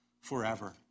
forever